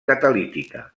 catalítica